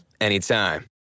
anytime